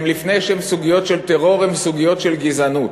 לפני שהן סוגיות של טרור הן סוגיות של גזענות.